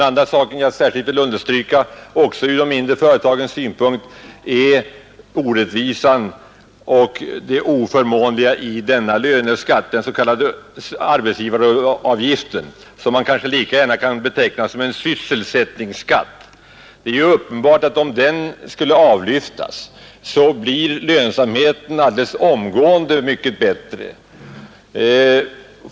Vidare vill jag understryka orättvisan och det oförmånliga — särskilt för de mindre företagen — i arbetsgivaravgiften, den s.k. löneskatten, som man lika gärna kan beteckna som en sysselsättningsskatt. Det är ju uppenbart att om den skulle avlyftas, skulle lönsamheten alldeles omgående bli mycket bättre.